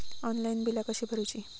Online बिला कशी भरूची?